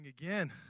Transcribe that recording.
again